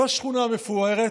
לא שכונה מפוארת,